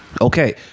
Okay